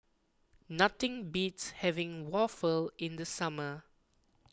nothing beats having waffle in the summer